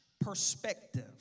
Perspective